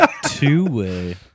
Two-way